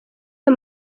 ayo